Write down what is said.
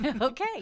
Okay